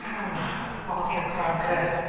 i'm walter cronkite.